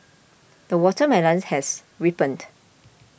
the watermelons has ripened